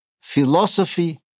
philosophy